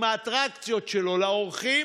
עם האטרקציות שלו לאורחים,